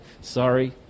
sorry